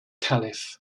caliph